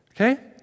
okay